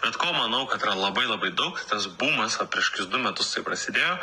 bet ko manau kad yra labai labai daug tas bumas prieš kokius du metus tai prasidėjo